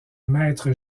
maître